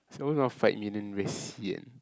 see always want to fight be then very sian